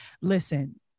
Listen